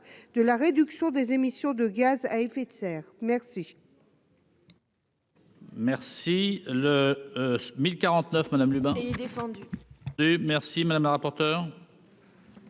de la réduction des émissions de gaz à effet de serre, merci.